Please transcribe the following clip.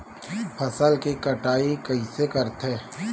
फसल के कटाई कइसे करथे?